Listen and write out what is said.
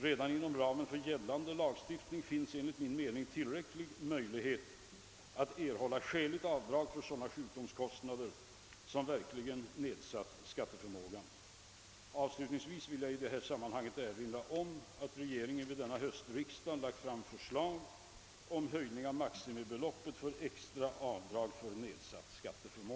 Redan inom ramen för gällande lagstiftning finns enligt min mening tillräcklig möjlighet att erhålla skäligt avdrag för sådana sjukdomskostnader som verkligen nedsatt skatteförmågan. Avslutningsvis vill jag i detta sammanhang erinra om att regeringen vid denna höstriksdag lagt fram förslag om höjning av maximibeloppet för extra avdrag för nedsatt skatteförmåga.